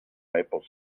maple